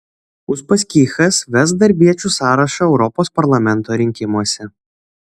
uspaskichas ves darbiečių sąrašą europos parlamento rinkimuose